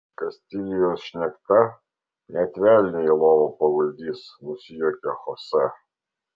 kastilijos šnekta net velnią į lovą paguldys nusijuokė chose